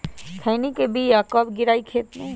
खैनी के बिया कब गिराइये खेत मे?